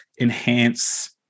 enhance